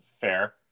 Fair